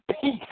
peace